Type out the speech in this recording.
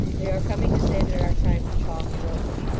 they are coming to say that our time for talk is over.